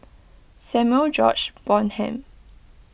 Samuel George Bonham